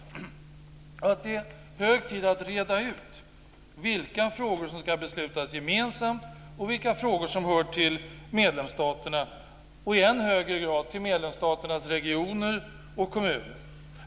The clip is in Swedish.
Det är hög tid att reda ut vilka frågor som ska beslutas om gemensamt och vilka som hör till medlemsstaterna och, i än högre grad, till medlemsstaternas regioner och kommuner.